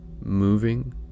moving